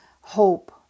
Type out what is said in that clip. hope